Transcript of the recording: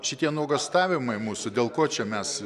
šitie nuogąstavimai mūsų dėl ko čia mes